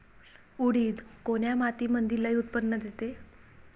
उडीद कोन्या मातीमंदी लई उत्पन्न देते?